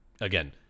again